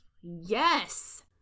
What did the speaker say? Yes